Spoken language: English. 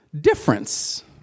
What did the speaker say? difference